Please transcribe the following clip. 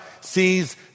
sees